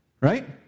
Right